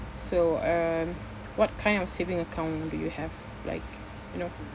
so um what kind of saving account do you have like you know